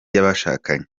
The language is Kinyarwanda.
y’abashakanye